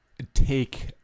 Take